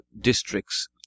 districts